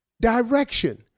direction